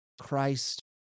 Christ